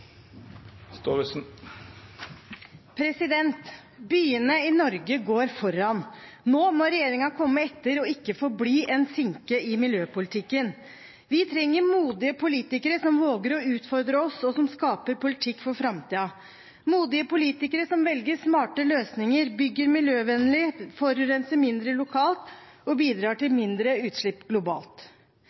Byene i Norge går foran. Nå må regjeringen komme etter og ikke forbli en sinke i miljøpolitikken. Vi trenger modige politikere som våger å utfordre oss, og som skaper politikk for framtiden – modige politikere som velger smarte løsninger, bygger miljøvennlig, forurenser mindre lokalt og bidrar til mindre utslipp globalt.